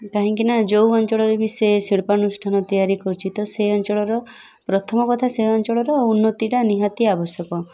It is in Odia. କାହିଁକିନା ଯେଉଁ ଅଞ୍ଚଳରେ ବି ସେ ଶିଳ୍ପାନୁଷ୍ଠାନ ତିଆରି କରୁଛି ତ ସେ ଅଞ୍ଚଳର ପ୍ରଥମ କଥା ସେ ଅଞ୍ଚଳର ଉନ୍ନତିଟା ନିହାତି ଆବଶ୍ୟକ